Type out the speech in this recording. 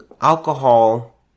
alcohol